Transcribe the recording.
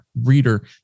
reader